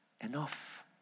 enough